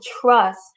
trust